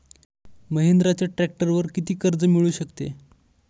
महिंद्राच्या ट्रॅक्टरवर किती कर्ज मिळू शकते?